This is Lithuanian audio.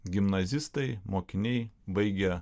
gimnazistai mokiniai baigę